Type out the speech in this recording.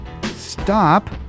stop